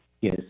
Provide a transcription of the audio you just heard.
Yes